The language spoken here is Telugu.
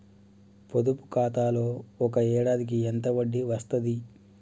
పొదుపు ఖాతాలో ఒక ఏడాదికి ఎంత వడ్డీ వస్తది?